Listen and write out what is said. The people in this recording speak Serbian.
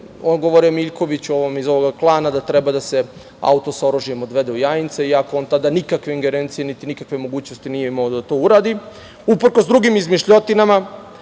govorio Miljkoviću iz ovog klana, da treba da se auto s oružjem odvede u Jajince iako on tada nikakve ingerencije, niti nikakve mogućnosti nije imao da to uradi. Uprkos drugim izmišljotinama,